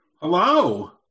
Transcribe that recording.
Hello